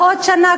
ועוד שנה,